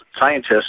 scientists